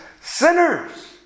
sinners